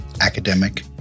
academic